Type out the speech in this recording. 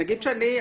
נגיד שאני,